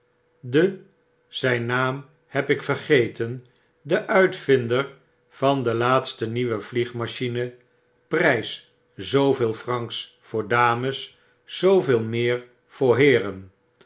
de zjjn naam heb ik vergeten de uitvinder van de laatste nieuwe vlieg machine prjjs zooveel francs voor dames zooveel meer voor heeren